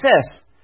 success